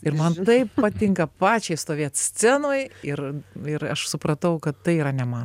ir man taip patinka pačiai stovėt scenoj ir ir aš supratau kad tai yra ne man